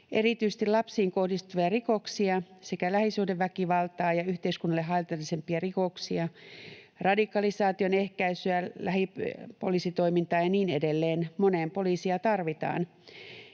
erityisesti lapsiin kohdistuvia rikoksia sekä lähisuhdeväkivaltaa, ja yhteiskunnalle haitallisimpia rikoksia ja jatkamaan radikalisaation ehkäisyä, lähipoliisitoimintaa ja niin edelleen — moneen poliisia tarvitaan.